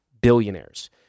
billionaires